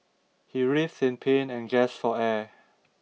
he writhed in pain and gasped for air